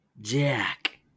Jack